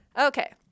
Okay